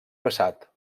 passat